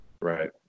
Right